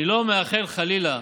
אני לא מאחל, חלילה,